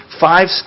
Five